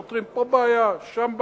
פותרים פה בעיה, שם בעיה.